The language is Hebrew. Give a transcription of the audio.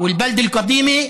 ושער השבטים והעיר העתיקה,